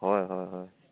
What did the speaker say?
হয় হয় হয়